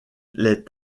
les